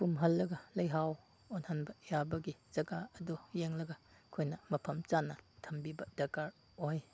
ꯄꯨꯝꯍꯜꯂꯒ ꯂꯩꯍꯥꯎ ꯑꯣꯟꯍꯟꯕ ꯌꯥꯕꯒꯤ ꯖꯒꯥ ꯑꯗꯨ ꯌꯦꯡꯂꯒ ꯑꯩꯈꯣꯏꯅ ꯃꯐꯝ ꯆꯥꯅ ꯊꯝꯕꯤꯕ ꯗꯔꯀꯥꯔ ꯑꯣꯏ